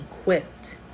equipped